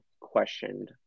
questioned